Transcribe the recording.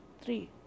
Three